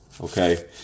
Okay